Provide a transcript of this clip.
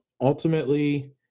Ultimately